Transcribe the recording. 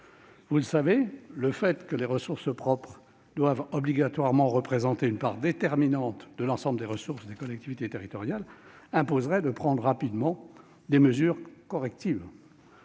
Vous le savez, le fait que les ressources propres doivent obligatoirement représenter une part déterminante de l'ensemble des ressources des collectivités territoriales imposerait de prendre rapidement des mesures correctives.